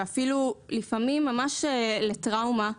ואפילו לפעמים ממש לטראומה,